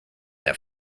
that